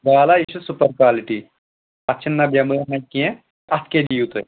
واللہ یہِ چھِ سُپَر کالِٹی اَتھ چھِ نہ بٮ۪مٲرۍ نہ کیٚنہہ اَتھ کیٛاہ دِیِو تُہۍ